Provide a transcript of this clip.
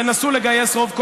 תנסו לגייס רוב קולות.